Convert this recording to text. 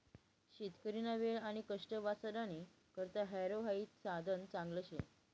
शेतकरीना वेळ आणि कष्ट वाचाडानी करता हॅरो हाई साधन चांगलं शे